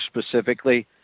specifically